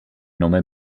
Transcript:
nome